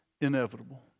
inevitable